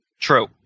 True